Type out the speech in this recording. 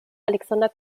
alexander